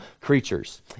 creatures